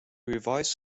revised